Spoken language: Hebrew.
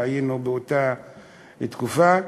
והיינו באותה תקופה.